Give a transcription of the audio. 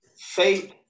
faith